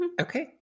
Okay